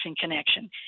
connection